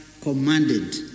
commanded